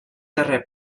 darrer